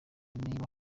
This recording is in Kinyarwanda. niba